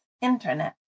internet